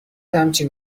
همچین